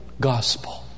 gospel